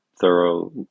thorough